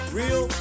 real